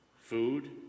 food